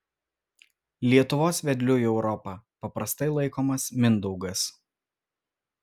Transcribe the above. lietuvos vedliu į europą paprastai laikomas mindaugas